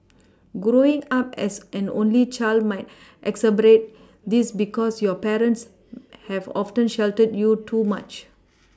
growing up as an only child might exacerbate this because your parents have often sheltered you too much